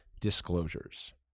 disclosures